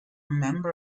member